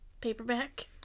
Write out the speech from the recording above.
paperback